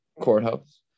courthouse